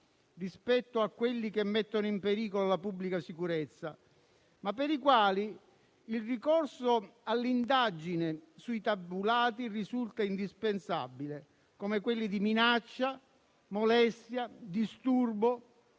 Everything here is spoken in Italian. rispetto a quelli che mettono in pericolo la pubblica sicurezza, ma per i quali il ricorso all'indagine sui tabulati risulta indispensabile, come quelli di minaccia, molestia, disturbo,